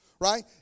right